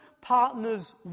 partner's